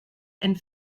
and